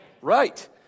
Right